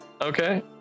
Okay